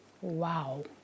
Wow